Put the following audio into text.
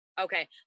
okay